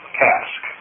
cask